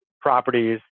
properties